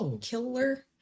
killer